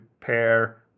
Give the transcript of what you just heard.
pair